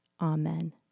Amen